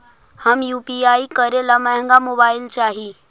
हम यु.पी.आई करे ला महंगा मोबाईल चाही?